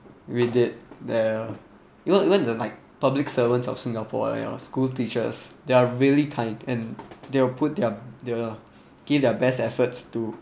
we did ya you know even the like public servants of singapore your school teachers they are really kind and they will put their they will give their best efforts to